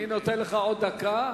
אני נותן לך עוד דקה.